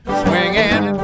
swinging